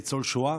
ניצול שואה,